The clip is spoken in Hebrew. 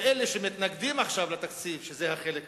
ואת אלה שמתנגדים עכשיו לתקציב, שזה החלק הזה,